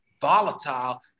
volatile